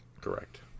Correct